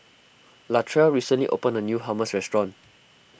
Latrell recently opened a new Hummus restaurant